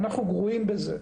ואנחנו גרועים בזה.